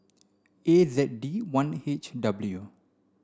A Z D one H W